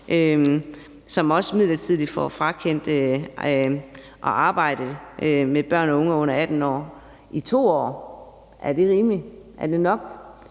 som også midlertidigt bliver frakendt retten til at arbejde med børn og unge under 18 år i 2 år. Er det rimeligt? Er det nok?